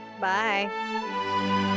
Bye